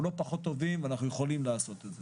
אנחנו לא פחות טובים, אנחנו יכולים לעשות את זה.